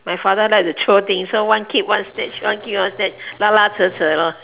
my father like to throw things so one keep one snatch one keep one snatch 拉拉扯扯 lor